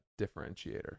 differentiator